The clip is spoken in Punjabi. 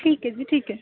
ਠੀਕ ਹੈ ਜੀ ਠੀਕ ਹੈ